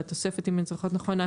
בתוספת העשירית אם אני זוכרת נכון,